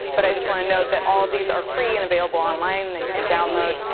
but i just wanna note that all of these are free and available online that you can download,